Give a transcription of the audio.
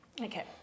Okay